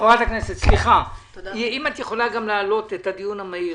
ככל שיכולנו עם חוות הדעת המשפטית.